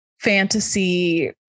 fantasy